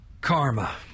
Karma